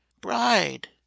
bride